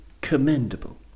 commendable